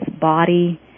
body